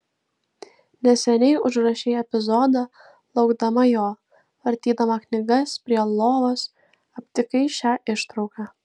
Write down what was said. neseniai užrašei epizodą laukdama jo vartydama knygas prie jo lovos aptikai šią ištrauką